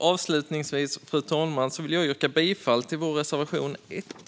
Avslutningsvis vill jag yrka bifall till vår reservation 1.